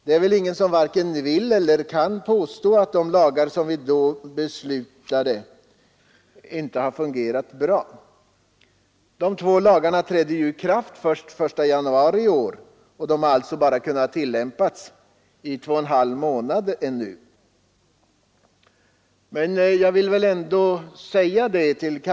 Det är väl ingen, herr talman, som vill eller kan påstå att de lagar som vi då beslutade om inte har fungerat bra. De två lagarna trädde ju i kraft så sent som den 1 januari i år och har alltså kunnat tillämpas bara i två och en halv månad.